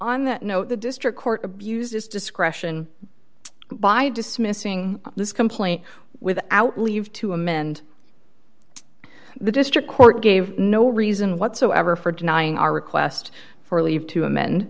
on that note the district court abused its discretion by dismissing this complaint without leave to amend the district court gave no reason whatsoever for denying our request for leave to amend